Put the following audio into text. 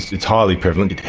it's it's highly prevalent.